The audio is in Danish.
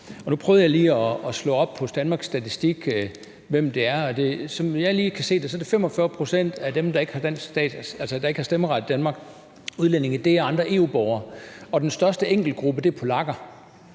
Nu prøvede jeg lige at slå op hos Danmark Statistik, hvem det er, og som jeg lige kan se det, er 45 pct. af dem, der ikke har stemmeret i Danmark – udlændinge – andre EU-borgere. Og den største enkeltgruppe er polakker.